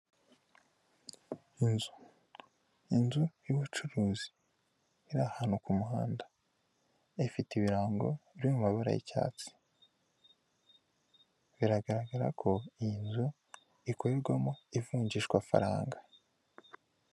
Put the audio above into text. Inzu inzu y'ubuzi ahantu ho ku muhanda ifite ibirango byo mu mabara y'icyatsi biragaragara ko iyi nzu ikorerwamo ivunjishwafaranga.